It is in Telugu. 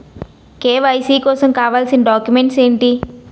కే.వై.సీ కోసం కావాల్సిన డాక్యుమెంట్స్ ఎంటి?